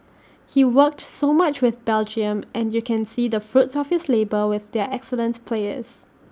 he's worked so much with Belgium and you can see the fruits of his labour with their excellent players